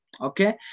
okay